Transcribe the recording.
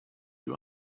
you